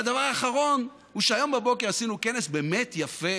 והדבר האחרון הוא שהבוקר עשינו כנס באמת יפה,